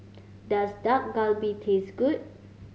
does Dak Galbi taste good